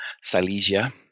Silesia